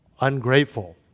ungrateful